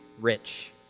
rich